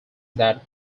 that